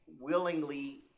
willingly